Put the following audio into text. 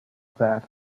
that